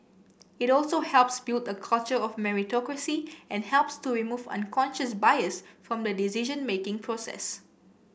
it also helps build a culture of meritocracy and helps to remove unconscious bias from the decision making process